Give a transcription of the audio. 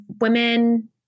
women